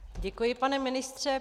Děkuji, pane ministře.